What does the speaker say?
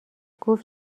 گفت